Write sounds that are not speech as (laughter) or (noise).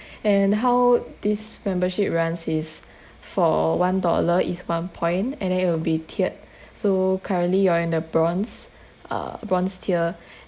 (breath) and how this membership runs is for one dollar it's one point and then it'll be tiered (breath) so currently you are in the bronze err bronze tier